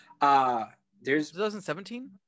2017